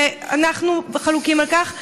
ואנחנו חלוקים על כך,